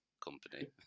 Company